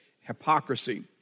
hypocrisy